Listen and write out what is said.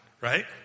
Right